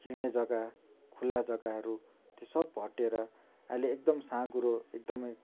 हिँड्ने जग्गा खुल्ला जग्गाहरू त्यो सब हटिएर अहिले एकदम साँघुरो एकदमै